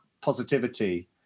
positivity